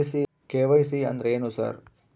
KYC ಅಂದ್ರೇನು sir?